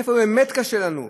איפה באמת קשה לנו.